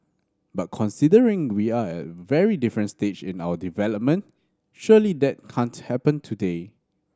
but considering we are at a very different stage in our development surely that can't happen today